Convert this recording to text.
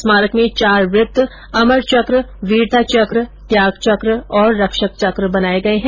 स्मारक में चार वृत्त अमर चक्र वीरता चक्र त्याग चक्र और रक्षक चक्र बनाये गये है